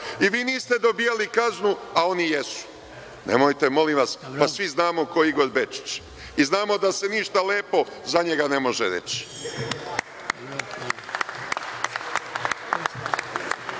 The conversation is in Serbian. i vi niste dobijali kaznu, a oni jesu. Nemojte molim vas, pa svi znamo ko je Igor Bečić. I, znamo da se ništa lepo za njega ne može reći.